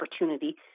opportunity